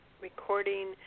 recording